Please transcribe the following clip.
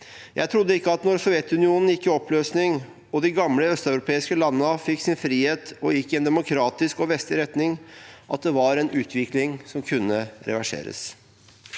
Jeg trodde ikke at når Sovjetunionen gikk i oppløsning og de gamle østeuropeiske landene fikk sin frihet og gikk i en demokratisk og vestlig retning, var det en utvikling som kunne reverseres.